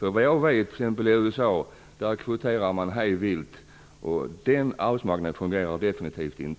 I USA kvoterar man hej vilt, och den arbetsmarknaden fungerar definitivt inte.